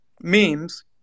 Memes